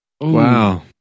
Wow